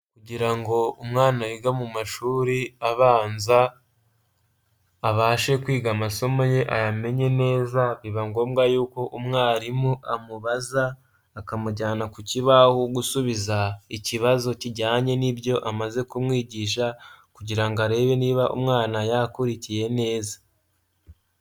Kugira ngo umwana yiga mu mashuri abanza, abashe kwiga amasomo ye ayamenye neza, biba ngombwa yuko umwarimu amubaza, akamujyana ku kibaho gusubiza ikibazo kijyanye n'ibyo amaze kumwigisha kugira ngo arebe niba umwana yakurikiye neza.